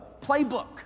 playbook